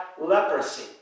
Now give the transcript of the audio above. leprosy